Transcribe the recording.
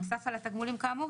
נוסף על התגמולים כאמור,